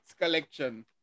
collection